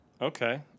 Okay